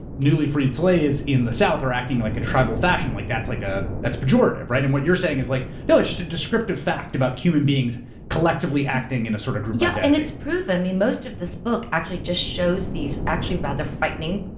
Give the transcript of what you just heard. newly freed slaves in the south are acting like in tribal fashion, like that's like ah that's majorative, right? and what you're saying is like, no it's just a descriptive fact about human beings collectively acting in a sort of group identity. yeah, and it's proven. i mean, most of this book actually just shows these actually rather frightening,